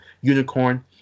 unicorn